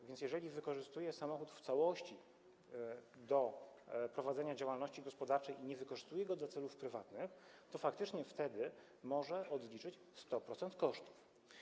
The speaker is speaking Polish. A więc jeżeli wykorzystuje samochód w całości do prowadzenia działalności gospodarczej i nie wykorzystuje go do celów prywatnych, to faktycznie wtedy może odliczyć 100% kosztów.